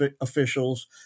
officials